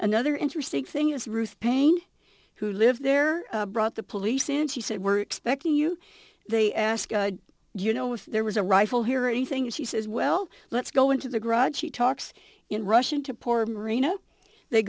another interesting thing is ruth paine who lives there brought the police and she said we're expecting you they ask you know if there was a rifle here or anything she says well let's go into the garage she talks in russian to poor marina they